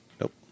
Nope